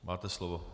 Máte slovo.